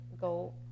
go